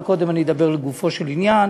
אבל קודם אני אדבר לגופו של עניין